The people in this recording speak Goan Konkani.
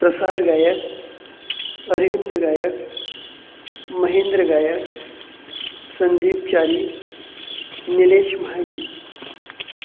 प्रसाद गायक अरविंद गायक महेंद्र गायक संदीप च्यारी निलेश म्हाळशी